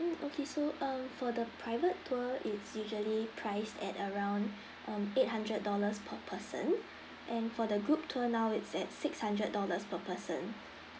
mm okay so um for the private tour it's usually priced at around um eight hundred dollars per person and for the group tour now it's at six hundred dollars per person